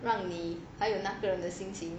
让你还有那个人的心情